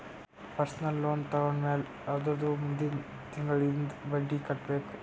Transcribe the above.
personal loan ತೊಂಡಮ್ಯಾಲ್ ಅದುರ್ದ ಮುಂದಿಂದ್ ತಿಂಗುಳ್ಲಿಂದ್ ಬಡ್ಡಿ ಕಟ್ಬೇಕ್